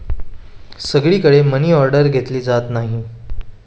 सगळीकडे मनीऑर्डर घेतली जात नाही